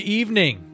evening